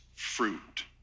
fruit